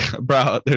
bro